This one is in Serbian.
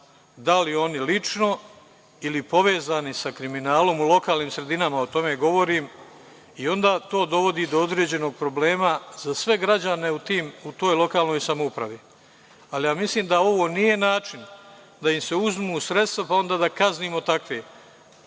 Da li oni lično ili povezani sa kriminalom u lokalnim sredinama, o tome govorim, i onda to dovodi do određenog problema za sve građane u toj lokalnoj samoupravi. Mislim da ovo nije način da im se uzmu sredstva, pa onda da kaznimo takve.